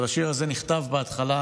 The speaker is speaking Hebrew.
אבל השיר הזה נכתב בהתחלה